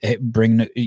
bring